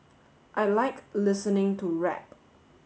I like listening to rap